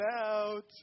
out